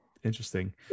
interesting